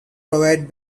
provided